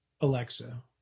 Alexa